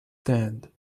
stand